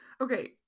Okay